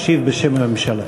ישיב בשם הממשלה.